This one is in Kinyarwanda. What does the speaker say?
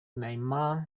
myanmar